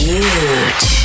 Huge